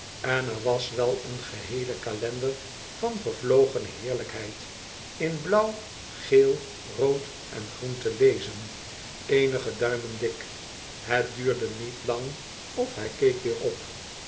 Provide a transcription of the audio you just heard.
en er was wel een geheele kalender van vervlogene heerlijkheid in blauw geel rood en groen te lezen eenige duimen dik het duurde niet lang of hij keek weer op